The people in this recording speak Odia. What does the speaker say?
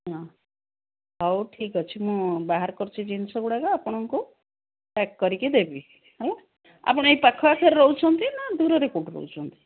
ହଁ ହଉ ଠିକ୍ ଅଛି ମୁଁ ବାହାର କରୁଛି ଜିନିଷଗୁଡ଼ାକ ଆପଣଙ୍କୁ ପ୍ୟାକ୍ କରିକି ଦେବି ହେଲା ଆପଣ ଏଇ ପାଖଆଖରେ ରହୁଛନ୍ତି ନା ଦୂରରେ କେଉଁଠି ରହୁଛନ୍ତି